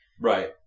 Right